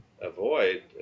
avoid